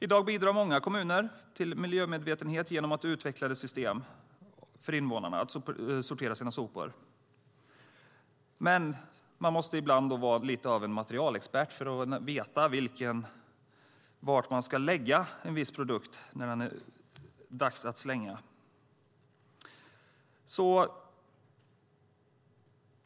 I dag bidrar många kommuner till miljömedvetenhet genom utvecklade system för invånarna att sortera sina sopor. Men man måste ibland vara lite av en materialexpert för att veta var man ska lägga en viss produkt när det är dags att slänga den.